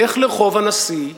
לך לרחוב הנשיא 3,